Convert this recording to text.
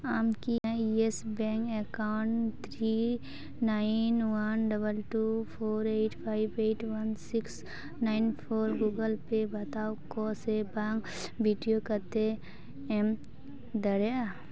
ᱟᱢ ᱠᱤ Yes bank account three nine one double two four eight five eight one six nine four Google Pay ᱵᱟᱛᱟᱣ ᱠᱚ ᱥᱮ ᱵᱟᱝ ᱵᱷᱤᱰᱤᱭᱳ ᱠᱟᱛᱮ ᱮᱢ ᱫᱟᱲᱮᱭᱟᱜᱼᱟ